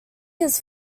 his